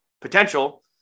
potential